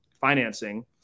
financing